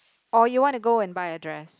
or you want to go and buy a dress